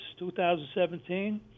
2017